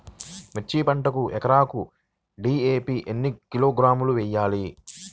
మిర్చి పంటకు ఎకరాకు డీ.ఏ.పీ ఎన్ని కిలోగ్రాములు వేయాలి?